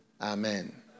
Amen